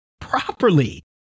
properly